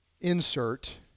insert